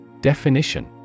Definition